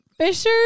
Fishers